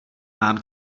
mám